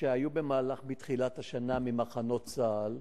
שהיו במהלך, בתחילת השנה, ממחנות צה"ל,